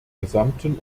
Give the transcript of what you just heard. gesamten